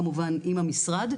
כמובן עם המשרד,